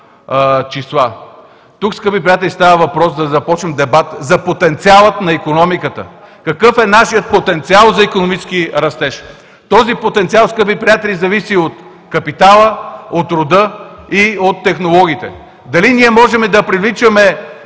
Тук, скъпи приятели, става въпрос да започнем дебат за потенциала на икономиката, какъв е нашият потенциал за икономически растеж? Този потенциал, скъпи приятели, зависи от капитала, от труда и от технологиите – дали ние можем да привличаме